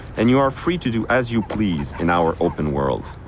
and you are free to do as you please in our open world.